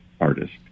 artist